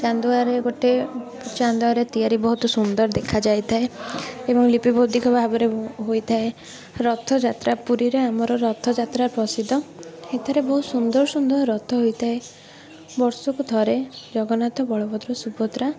ଚାନ୍ଦୁଆରେ ଗୋଟେ ଚାନ୍ଦୁଆରେ ତିଆରି ବହୁତ ସୁନ୍ଦର ଦେଖାଯାଇଥାଏ ଏବଂ ଲିପିବଦ୍ଧ ଭାବରେ ହୋଇଥାଏ ରଥଯାତ୍ରା ପୁରୀରେ ଆମର ରଥଯାତ୍ରା ପ୍ରସିଦ୍ଧ ଏଥିରେ ବହୁତ ସୁନ୍ଦର ସୁନ୍ଦର ରଥ ହୋଇଥାଏ ବର୍ଷକୁ ଥରେ ଜଗନ୍ନାଥ ବଳଭଦ୍ର ସୁଭଦ୍ରା